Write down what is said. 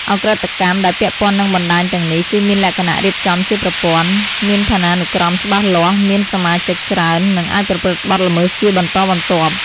ឧក្រិដ្ឋកម្មដែលពាក់ព័ន្ធនឹងបណ្តាញទាំងនេះ គឺមានលក្ខណៈរៀបចំជាប្រព័ន្ធ មានឋានានុក្រមច្បាស់លាស់ មានសមាជិកច្រើន និងអាចប្រព្រឹត្តបទល្មើសជាបន្តបន្ទាប់។